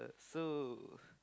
so